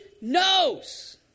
knows